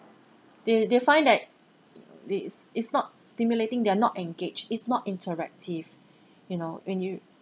they they find that it is it's not stimulating they're not engaged it's not interactive you know when you